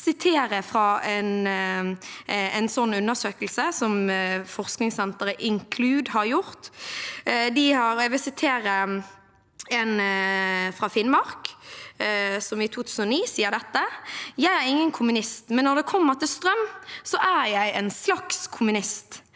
jeg vil sitere fra en slik undersøkelse som forskningssenteret Include har gjort. Jeg vil sitere en fra Finnmark, som i 2009 sa dette: «Jeg er ingen kommunist, men når det kommer til strøm så er jeg en slags kommunist.